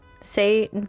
say